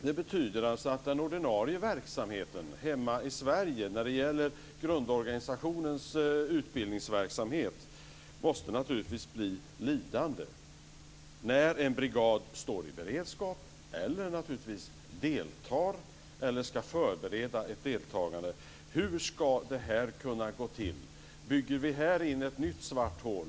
Det betyder att den ordinarie verksamheten, hemma i Sverige, i fråga om utbildningsverksamheten i grundorganisationen, måste bli lidande när en brigad står i beredskap, deltar eller ska förbereda ett deltagande. Hur ska det gå till? Bygger vi in ett nytt svart hål?